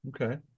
Okay